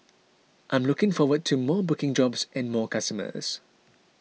I'm looking forward to more booking jobs and more customers